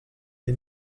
des